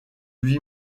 lui